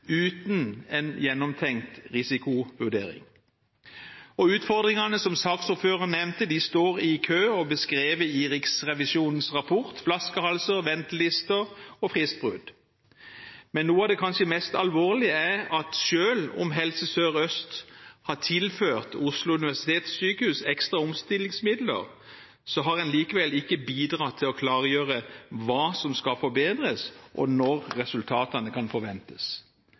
uten en gjennomtenkt risikovurdering. Utfordringene som saksordføreren nevnte, står i kø og er beskrevet i Riksrevisjonens rapport: flaskehalser, ventelister og fristbrudd. Men noe av det kanskje mest alvorlige er at selv om Helse Sør-Øst har tilført Oslo universitetssykehus ekstra omstillingsmidler, har en likevel ikke bidratt til å klargjøre hva som skal forbedres, og når resultatene kan forventes.